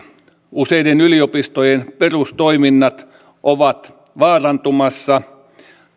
useiden yliopistojen perustoiminnat ovat vaarantumassa